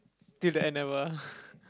till the end never ah